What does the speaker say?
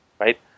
right